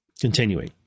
continuing